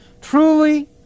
Truly